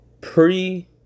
pre